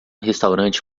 restaurante